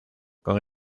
con